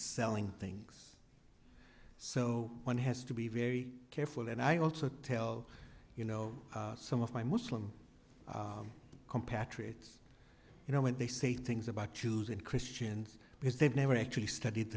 selling things so one has to be very careful and i also tell you know some of my muslim compadres you know when they say things about jews and christians because they've never actually studied